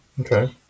Okay